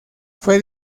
fue